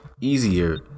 easier